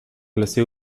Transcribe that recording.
classé